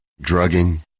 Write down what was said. drugging